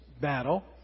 battle